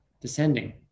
descending